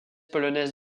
polonaise